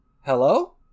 Hello